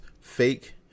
fake